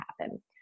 happen